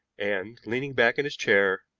and, leaning back in his chair,